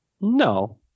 No